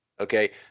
Okay